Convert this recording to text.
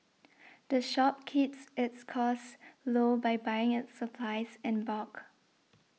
the shop keeps its costs low by buying its supplies in bulk